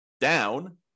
down